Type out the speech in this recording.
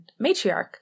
matriarch